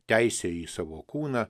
teisė į savo kūną